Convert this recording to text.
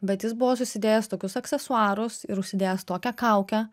bet jis buvo susidėjęs tokius aksesuarus ir užsidėjęs tokią kaukę